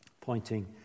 pointing